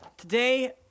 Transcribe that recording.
Today